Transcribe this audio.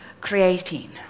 creating